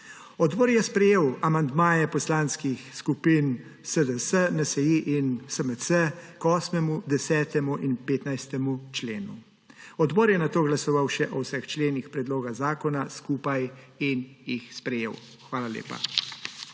Odbor je sprejel amandmaje Poslanskih skupin SDS, NSi in SMC, k 8., 10. in 15. členu. Odbor je nato glasoval še o vseh členih predloga zakona skupaj in jih sprejel. Hvala lepa.